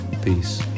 peace